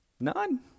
None